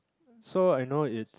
so I know it